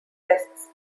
tests